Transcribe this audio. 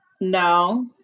No